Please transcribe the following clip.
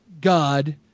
god